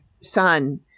son